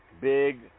Big